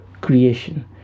creation